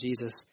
Jesus